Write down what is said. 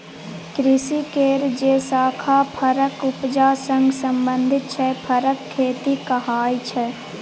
कृषि केर जे शाखा फरक उपजा सँ संबंधित छै फरक खेती कहाइ छै